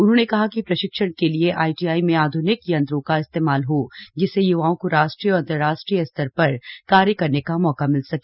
उन्होंने कहा कि प्रशिक्षण के लिए आईटीआई में आध्निक यंत्रों का इस्तेमाल हो जिससे य्वाओं को राष्ट्रीय और अन्तरराष्ट्रीय स्तर पर कार्य करने का मौका मिल सके